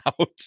out